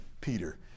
Peter